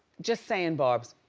just saying barbs.